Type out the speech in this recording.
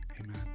amen